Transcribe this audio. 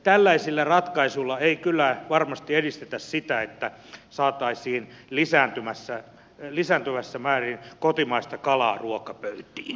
tällaisilla ratkaisuilla ei kyllä varmasti edistetä sitä että saataisiin lisääntyvässä määrin kotimaista kalaa ruokapöytiin